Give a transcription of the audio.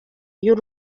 y’u